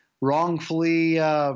wrongfully –